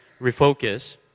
Refocus